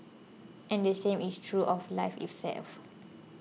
and the same is true of life itself